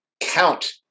count